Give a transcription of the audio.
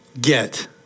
get